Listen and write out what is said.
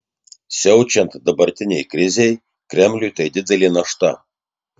siaučiant dabartinei krizei kremliui tai didelė našta